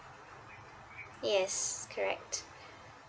yes correct